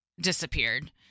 disappeared